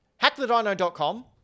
Hackthedino.com